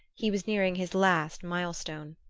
he was nearing his last mile-stone.